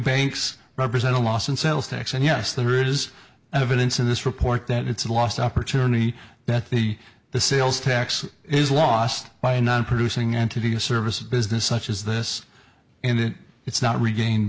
banks represent a loss in sales tax and yes there is evidence in this report that it's a lost opportunity that the the sales tax is lost by not producing and to be a service business such as this and it's not regained